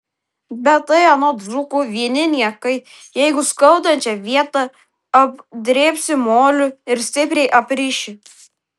bet tai anot dzūkų vieni niekai jeigu skaudančią vietą apdrėbsi moliu ir stipriai apriši